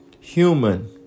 Human